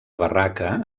barraca